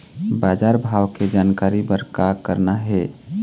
बजार भाव के जानकारी बर का करना हे?